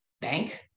bank